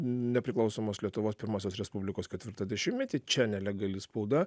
nepriklausomos lietuvos pirmosios respublikos ketvirtą dešimtmetį čia nelegali spauda